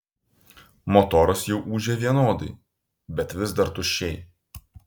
motoras jau ūžė vienodai bet vis dar tuščiai